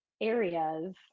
areas